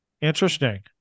Interesting